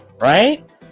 right